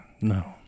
no